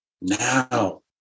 Now